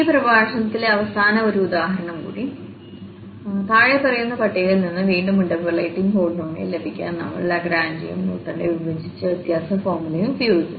ഈ പ്രഭാഷണത്തിലെ അവസാനത്തെ ഒരു ഉദാഹരണം കൂടി അതിനാൽ താഴെപ്പറയുന്ന പട്ടികയിൽ നിന്ന് വീണ്ടും ഇന്റർപോളേറ്റിംഗ് പോളിനോമിയൽ ലഭിക്കാൻ നമ്മൾ ലാഗ്രാഞ്ചും ന്യൂട്ടന്റെ വിഭജിച്ച വ്യത്യാസ ഫോർമുലയും ഉപയോഗിക്കുന്നു